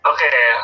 Okay